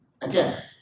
again